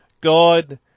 God